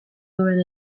duen